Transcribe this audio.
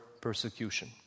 persecution